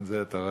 אתה רואה.